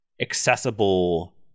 accessible